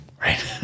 right